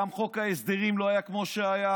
גם חוק ההסדרים לא היה כמו שהיה.